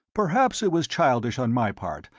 perhaps it was childish on my part,